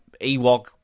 Ewok